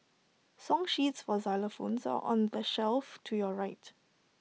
song sheets for xylophones are on the shelf to your right